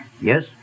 Yes